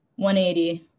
180